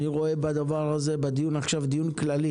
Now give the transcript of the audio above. אני רואה בדיון שהיה עכשיו דיון כללי